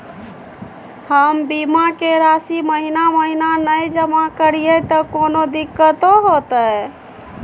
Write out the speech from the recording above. हम बीमा के राशि महीना महीना नय जमा करिए त कोनो दिक्कतों होतय?